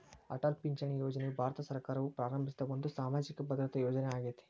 ಅಟಲ್ ಪಿಂಚಣಿ ಯೋಜನೆಯು ಭಾರತ ಸರ್ಕಾರವು ಪ್ರಾರಂಭಿಸಿದ ಒಂದು ಸಾಮಾಜಿಕ ಭದ್ರತಾ ಯೋಜನೆ ಆಗೇತಿ